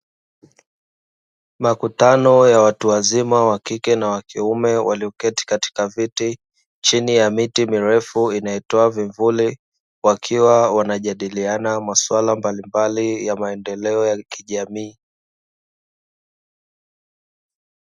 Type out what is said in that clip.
Makutano ya watu wazima wakike na wakiume walioketi katika viti chini ya miti mirefu inayotoa vivuli, wakiwa wanajadiliana maswala mbalimbali ya maendeleo ya kijamii.